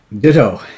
Ditto